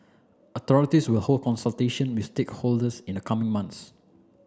authorities will hold consultation with stakeholders in the coming months